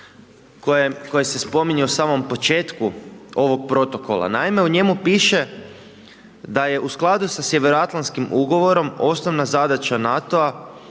koje se spominje u samom početku ovog protokola, naime, u njemu piše da je u skladu sa sjevernoatlantskim ugovorom osnovna zadaća NATO-a